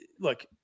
look